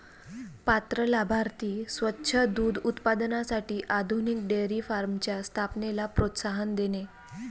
पात्र लाभार्थी स्वच्छ दूध उत्पादनासाठी आधुनिक डेअरी फार्मच्या स्थापनेला प्रोत्साहन देणे